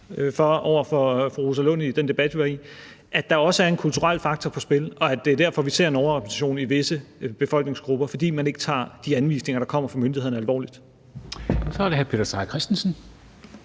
over for fru Rosa Lund i den debat, vi var i – at der også er en kulturel faktor på spil, og at det er derfor, vi ser en overrepræsentation af visse befolkningsgrupper, altså fordi man ikke tager de anvisninger, der kommer fra myndighederne, alvorligt.